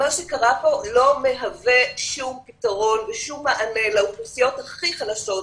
מה שקרה פה לא מהווה שום פתרון ושום מענה לאוכלוסיות הכי חלשות,